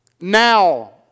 Now